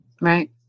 Right